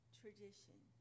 tradition